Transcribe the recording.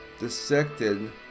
dissected